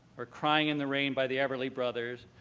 or crying in the rain by the everly brothers,